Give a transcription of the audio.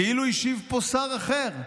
כאילו השיב פה שר אחר,